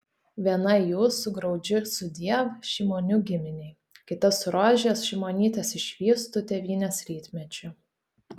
viena jų su graudžiu sudiev šimonių giminei kita su rožės šimonytės išvystu tėvynės rytmečiu